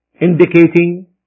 indicating